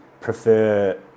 prefer